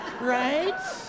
right